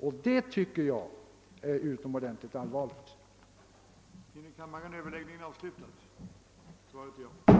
Och det tycker jag är utomordentligt allvarligt. att använda TV:s reservlänk för överföring av